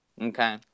Okay